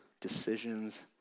decisions